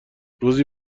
روزی